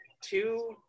two